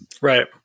Right